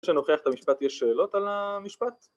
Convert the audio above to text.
‫שנוכיח את המשפט, ‫יש שאלות על המשפט?